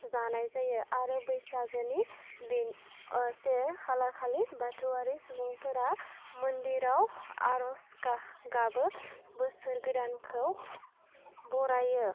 जानाय जायो आरो बैसागोनि बे से खालारखालि बाथौआरि सुबुंफोरा मन्दिराव आरज गाबो बोसोर गोदानखौ बरायो